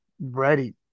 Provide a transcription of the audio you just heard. ready